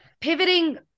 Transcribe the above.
Pivoting